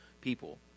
people